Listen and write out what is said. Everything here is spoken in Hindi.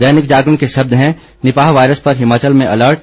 दैनिक जागरण के शब्द हैं निपाह वायरस पर हिमाचल में अलर्ट